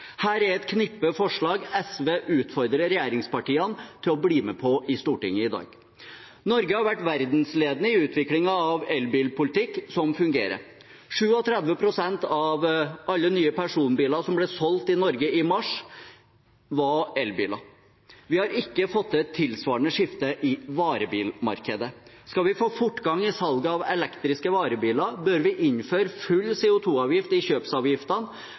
Her er et knippe forslag SV utfordrer regjeringspartiene til å bli med på i Stortinget i dag. Norge har vært verdensledende i utviklingen av en elbilpolitikk som fungerer. 37 pst. av alle nye personbiler som ble solgt i Norge i mars, var elbiler. Vi har ikke fått til et tilsvarende skifte i varebilmarkedet. Skal vi få fortgang i salget av elektriske varebiler, bør vi innføre full CO 2 -avgift i